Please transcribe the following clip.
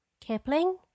Kipling